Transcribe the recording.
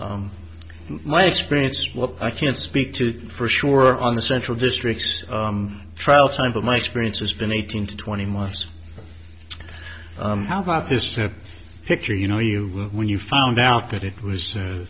my experience what i can't speak to for sure on the central districts trial time but my experience has been eighteen to twenty months how about this picture you know you when you found out that it was